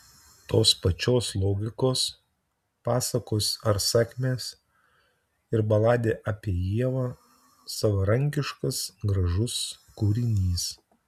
tos pačios logikos pasakos ar sakmės ir baladė apie ievą savarankiškas gražus kūrinys